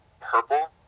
purple